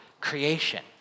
creation